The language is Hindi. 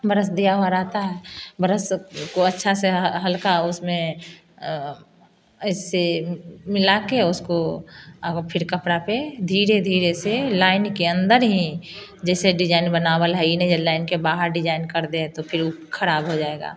ब्रस दिया हुआ रहता है ब्रस से इसको अच्छा से हल्का उसमें इससे मिलाके उसको अब फिर कपड़ा पर धीरे धीरे से लाइन के अंदर ही जैसे डिजाइन बनाना है नाई जब लाइन के बाहर डिजाइन कर दे तो फिर खराब हो जाएगा